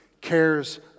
cares